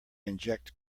inject